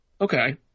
Okay